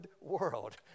world